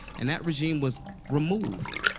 and that regime was removed,